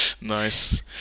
Nice